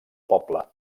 poble